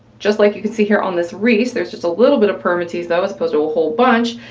just like you can see here on this reese, there's just a little bit of permatease though, as opposed to a whole bunch,